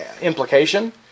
implication